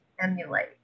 emulate